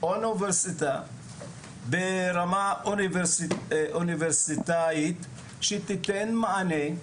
אוניברסיטה ברמה אוניברסיטאית, שתיתן מענה,